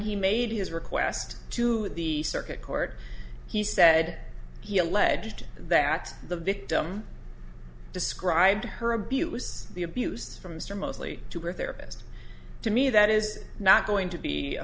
he made his request to the circuit court he said he alleged that the victim described her abuse the abuse from mr mosley to her therapist to me that is not going to be a